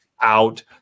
out